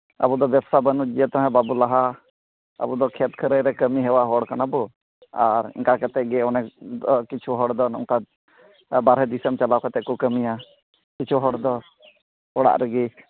ᱟᱵᱚ ᱫᱚ ᱵᱮᱵᱽᱥᱟ ᱵᱟᱹᱱᱤᱡᱡᱚ ᱛᱮᱦᱚᱸ ᱵᱟᱵᱚᱱ ᱞᱟᱦᱟᱼᱟ ᱟᱵᱚ ᱫᱚ ᱠᱷᱮᱛ ᱠᱷᱟᱹᱨᱟᱹᱭ ᱨᱮ ᱠᱟᱹᱢᱤ ᱦᱮᱣᱟ ᱦᱚᱲ ᱠᱟᱱᱟᱵᱚ ᱟᱨ ᱚᱱᱠᱟ ᱠᱟᱛᱮᱫ ᱜᱮ ᱚᱱᱮ ᱟᱨ ᱠᱤᱪᱷᱩ ᱦᱚᱲᱫᱚ ᱱᱚᱝᱠᱟ ᱵᱟᱦᱨᱮ ᱫᱤᱥᱚᱢ ᱪᱟᱞᱟᱣ ᱠᱟᱛᱮᱫ ᱠᱚ ᱠᱟᱹᱢᱤᱭᱟ ᱠᱤᱪᱷᱩ ᱦᱚᱲ ᱫᱚ ᱚᱲᱟᱜ ᱨᱮᱜᱮ